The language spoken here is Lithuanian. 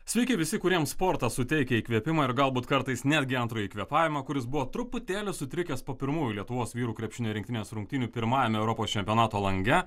sveiki visi kuriems sportas suteikia įkvėpimą ir galbūt kartais netgi antrąjį kvėpavimą kuris buvo truputėlį sutrikęs po pirmųjų lietuvos vyrų krepšinio rinktinės rungtynių pirmajame europos čempionato lange